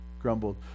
Grumbled